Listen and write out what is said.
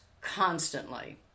constantly